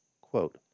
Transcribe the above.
Quote